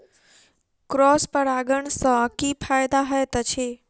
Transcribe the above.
Cross परागण सँ की फायदा हएत अछि?